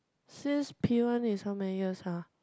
since P one is how many years har